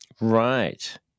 Right